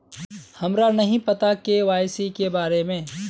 हमरा नहीं पता के.वाई.सी के बारे में?